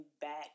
back